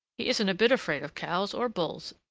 he isn't a bit afraid of cows or bulls,